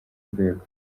rwego